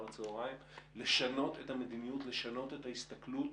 לשנות את המדיניות וההסתכלות,